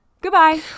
goodbye